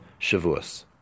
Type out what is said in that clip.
Shavuos